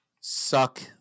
suck